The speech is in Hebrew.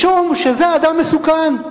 משום שזה אדם מסוכן.